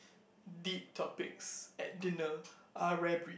deep topics at dinner are rare breed